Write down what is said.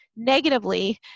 Negatively